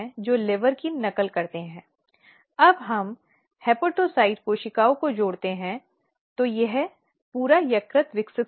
आंतरिक शिकायत समिति द्वारा रिपोर्ट प्रस्तुत करने की समय पर निगरानी करें